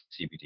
CBD